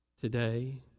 Today